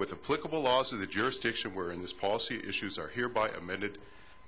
with the political laws of the jurisdiction where in this policy issues are hereby amended